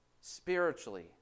spiritually